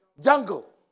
jungle